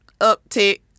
uptick